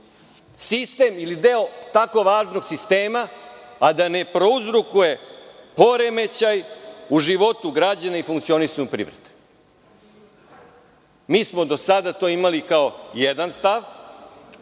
sistem ili deo tako važnog sistema, a da ne prouzrokuje poremećaj u životu građana i funkcionisanja privrede. Mi smo do sada to imali kao jedan stav.